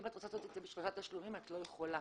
אמרו לי: אם את רוצה לעשות את זה בשלושה תשלומים את לא יכולה,